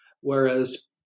Whereas